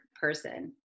person